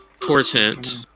portent